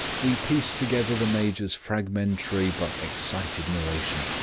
we pieced together the major's fragmentary, but excited narration.